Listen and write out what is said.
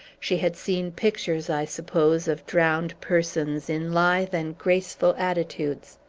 she had seen pictures, i suppose, of drowned persons in lithe and graceful attitudes.